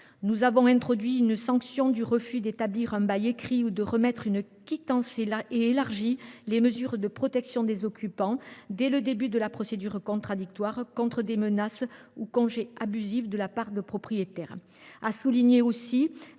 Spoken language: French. Nous avons introduit une sanction en cas de refus d’établir un bail écrit ou de remettre une quittance. Nous avons également élargi les mesures de protection des occupants dès le début de la procédure contradictoire contre des menaces ou congés abusifs de la part de propriétaires.